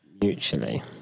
mutually